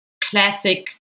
classic